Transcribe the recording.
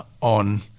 on